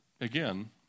again